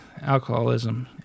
alcoholism